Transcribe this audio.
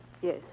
Yes